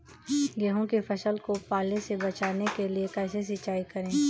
गेहूँ की फसल को पाले से बचाने के लिए कैसे सिंचाई करें?